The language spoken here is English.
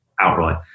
outright